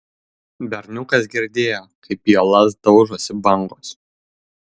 berniukas girdėjo kaip į uolas daužosi bangos